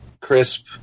crisp